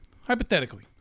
hypothetically